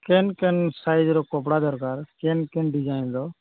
କେନ୍ କେନ୍ ସାଇଜ୍ର କପଡ଼ା ଦରକାର କେନ୍ କେନ୍ ଡିଜାଇନ୍ର